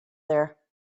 there